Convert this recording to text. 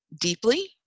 deeply